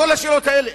לכל השאלות האלה.